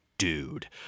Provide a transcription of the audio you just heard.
Dude